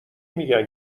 میگن